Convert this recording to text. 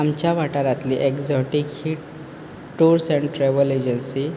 आमच्या वाठारांतली exotic heat tours and travel agency